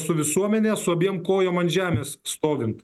su visuomene su abiem kojom ant žemės stovint